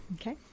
Okay